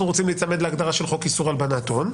רוצים להיצמד להגדרה של חוק איסור הלבנת הון.